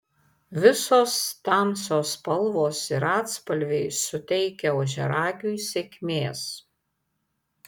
visos tamsios spalvos ir atspalviai suteikia ožiaragiui sėkmės